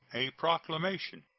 a proclamation.